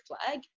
flag